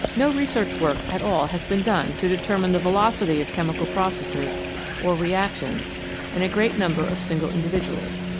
no research work at all has been done to determine the velocity of chemical processes or reactions in a great number of single individuals.